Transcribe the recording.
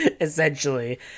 essentially